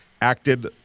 acted –